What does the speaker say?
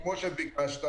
המילה ננסה